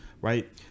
right